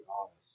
honest